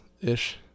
ish